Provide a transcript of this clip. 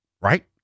right